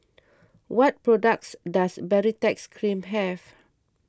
what products does Baritex Cream have